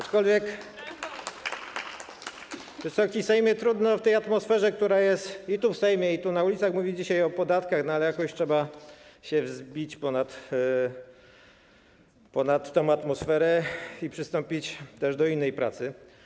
Aczkolwiek, Wysoki Sejmie, trudno w tej atmosferze, która jest i tu, w Sejmie, i tu, na ulicach, mówić dzisiaj o podatkach, ale jakoś trzeba się wzbić ponad tę atmosferę i przystąpić też do innej pracy.